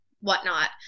whatnot